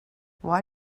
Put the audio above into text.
why